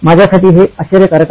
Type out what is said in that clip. माझ्यासाठी हे आश्चर्यकारक आहे